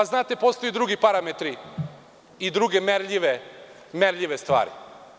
Postoje drugi parametri i druge merljive stvari.